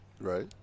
Right